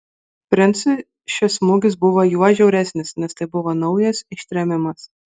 princui šis smūgis buvo juo žiauresnis nes tai buvo naujas ištrėmimas